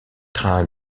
trains